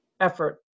effort